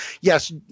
yes